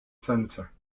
centre